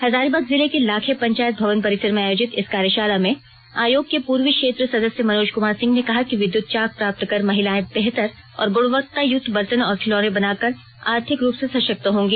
हजारीबाग जिले के लाखे पंचायत भवन परिसर में आयोजित इस कार्यशाला में आयोग के पूर्वी क्षेत्र सदस्य मनोज कुमार सिंह ने कहा कि विद्युत चाक प्राप्त कर महिलाएं बेहतर और गुणवत्तायुक्त बर्तन और खिलौने बनाकर आर्थिक रूप से सशक्त होंगी